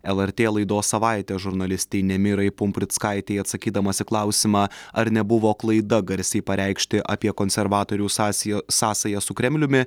lrt laidos savaitė žurnalistei nemirai pumprickaitei atsakydamas į klausimą ar nebuvo klaida garsiai pareikšti apie konservatorių sasi sąsają su kremliumi